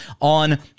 on